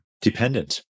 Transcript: dependent